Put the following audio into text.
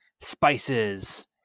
spices